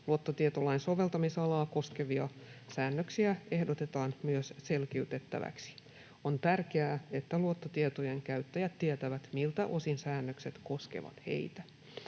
luottotietolain soveltamisalaa koskevia säännöksiä ehdotetaan selkiytettäväksi. On tärkeää, että luottotietojen käyttäjät tietävät, miltä osin säännökset koskevat heitä.